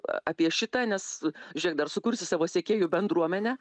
apie šitą nes žiūrėk dar sukursi savo sekėjų bendruomenę